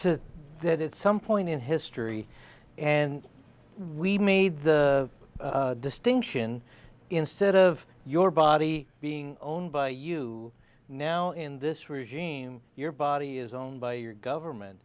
to that it's some point in history and we made the distinction instead of your body being owned by you now in this regime your body is owned by your government